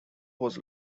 was